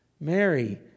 Mary